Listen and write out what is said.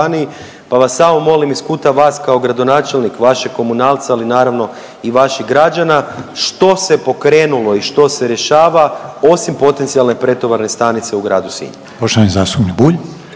pa vas samo molim iz kuta vas kao gradonačelnik vašeg komunalca, ali naravno i vaših građana što se pokrenulo i što se rješava osim potencijalne pretovarne stanice u gradu Sinju?